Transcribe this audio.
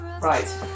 Right